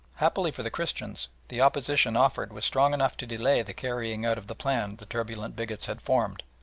happily for the christians the opposition offered was strong enough to delay the carrying out of the plan the turbulent bigots had formed.